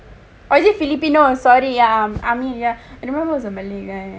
or is it filipino ya armeh I remember it was a malay guy